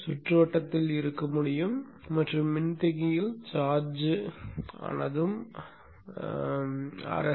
சுற்றுவட்டத்தில் இருக்க முடியும் மற்றும் மின்தேக்கிகள் சார்ஜ் ஆனதும் Rs